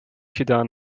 gedaan